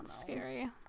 scary